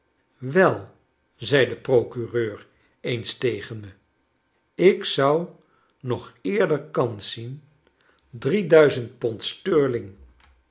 wel zei de procureur eens tegen me ik zou nog eerder kans zien